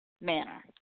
manner